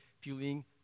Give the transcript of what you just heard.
feeling